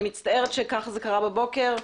אני מצטערת שכך קרה בבוקר.